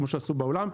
כמו שעשו בעולם?